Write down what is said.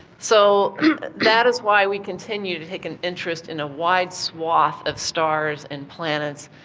so that is why we continue to take an interest in a wide swathe of stars and planets.